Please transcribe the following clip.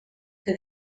que